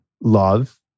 love